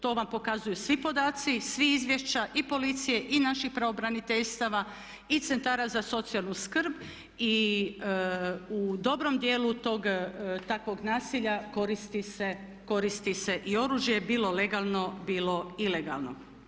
To vam pokazuju svi podaci iz svih izvješća i policije i naših pravobraniteljstava i centara za socijalnu skrb i u dobrom dijelu tog takvog nasilja koristi se i oružje bilo legalno, bilo ilegalno.